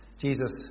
Jesus